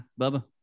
Bubba